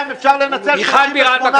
תסבירו לי.